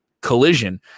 collision